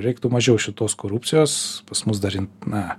reiktų mažiau šitos korupcijos pas mus dar jin na